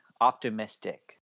optimistic